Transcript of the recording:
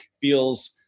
feels